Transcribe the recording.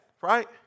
right